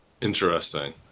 Interesting